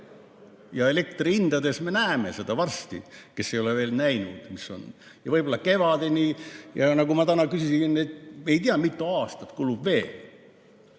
Ja elektri hindades me näeme seda varsti, kes ei ole veel näinud. Ja see on võib-olla kevadeni. Nagu ma täna küsisin – ei tea, mitu aastat kulub veel.